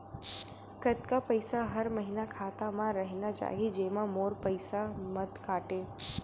कतका पईसा हर महीना खाता मा रहिना चाही जेमा मोर पईसा मत काटे?